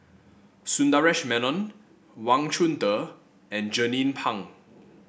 Sundaresh Menon Wang Chunde and Jernnine Pang